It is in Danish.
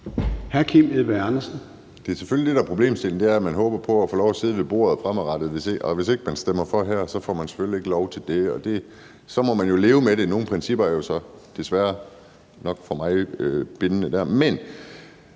Kim Edberg Andersen (NB): Det er selvfølgelig det, der er problemstillingen, altså at man håber på at få lov at sidde med ved bordet fremadrettet, og hvis man ikke stemmer for her, så får man selvfølgelig ikke lov til det. Så må man jo leve med det, for nogle principper er jo så nok desværre for meget bindende. Men